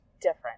different